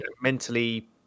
mentally